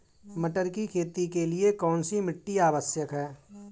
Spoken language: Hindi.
मटर की खेती के लिए कौन सी मिट्टी आवश्यक है?